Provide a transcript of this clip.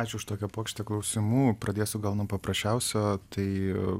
ačiū už tokią puokštę klausimų pradėsiu gal nuo paprasčiausio tai